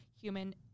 human